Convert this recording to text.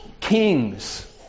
kings